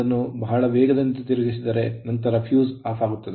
ಅದನ್ನು ಬಹಳ ವೇಗವಾಗಿ ಸರಿಸಿದರೆ ನಂತರ ಫ್ಯೂಸ್ ಆಫ್ ಆಗುತ್ತದೆ